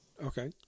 Okay